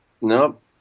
nope